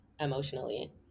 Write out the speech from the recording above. emotionally